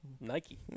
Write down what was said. Nike